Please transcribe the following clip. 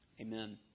Amen